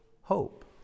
hope